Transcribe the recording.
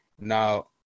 Now